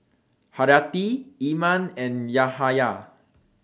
Haryati Iman and Yahaya